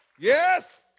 Yes